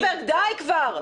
תמר זנדברג, די כבר.